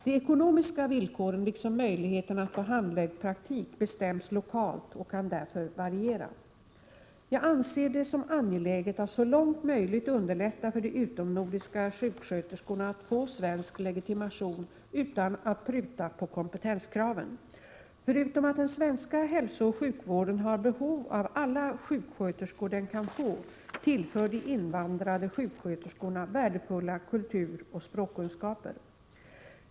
De ekonomiska villkoren liksom möjligheterna att få handledd praktik bestäms lokalt och kan därför variera. Jag anser att det är angeläget att så långt möjligt underlätta för de utomnordiska sjuksköterskorna att få svensk legitimation utan att pruta på kompetenskraven. Förutom att den svenska hälsooch sjukvården har behov av alla sjuksköterskor den kan få tillför de invandrade sjuksköterskorna värdefulla kulturoch språkkunskaper.